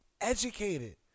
educated